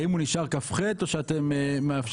האם הוא נשאר כ"ח או שאתם מאפשרים